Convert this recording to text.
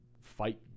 fight